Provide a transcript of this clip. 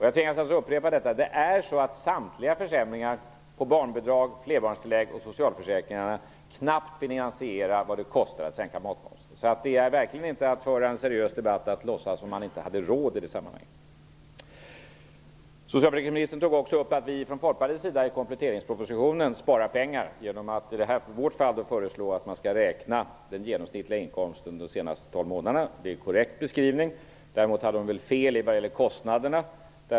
Jag tvingas upprepa mig: Samtliga försämringar på barnbidrag, flerbarnstillägg och socialförsäkringarna finansierar knappt vad det kostar att sänka matmomsen. Att låtsas som man inte hade råd i det sammanhanget är verkligen inte att föra en seriös debatt. Socialförsäkringsministern tog också upp att vi från Folkpartiet sparar pengar jämfört med vad som görs i kompletteringspropositionen genom att föreslå att man skall räkna den genomsnittliga inkomsten de senaste 12 månaderna. Det är en korrekt beskrivning. Däremot hade hon fel vad gäller kostnaderna.